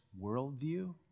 worldview